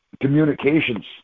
communications